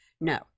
No